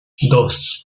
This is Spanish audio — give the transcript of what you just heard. dos